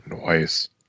Nice